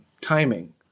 timing